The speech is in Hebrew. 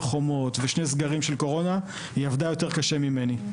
עם שומר החומות ושני סגרים של קורונה היא עבדה קשה יותר ממני.